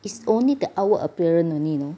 it's only the outward appearance only you know